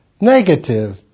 negative